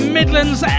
Midlands